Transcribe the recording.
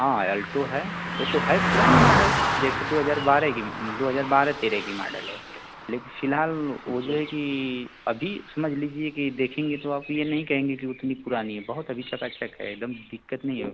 हाँ अल्टो है वो तो है पुरानी माडल जैसे दो हजार बारह की दो हजार बारह तेरह की माडल है लेकिन फ़िलहाल वो जो है कि अभी समझ लीजिए कि देखेंगे तो आप ये नहीं कहेंगे कि उतनी पुरानी है बहुत अभी चकाचक है एकदम दिक्कत नहीं है